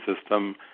system